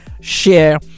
share